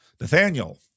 Nathaniel